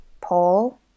Paul